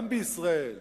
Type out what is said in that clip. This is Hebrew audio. גם בישראל,